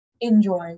enjoy